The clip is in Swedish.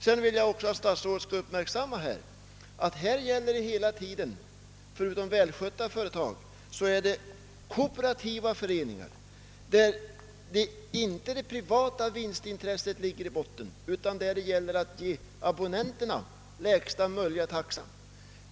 Jag vill också att herr statsrådet skall uppmärksamma att det här hela tiden gäller välskötta kooperativa föreningar, där det privata vinstintresset inte ligger i botten utan där avsikten är att ge abonnenterna lägsta möjliga taxa.